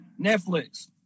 Netflix